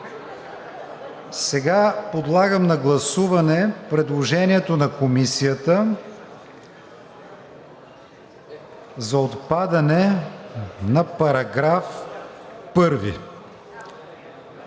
Подлагам на гласуване предложението на Комисията за отпадане на § 1